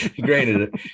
Granted